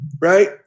right